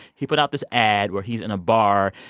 he put out this ad where he's in a bar,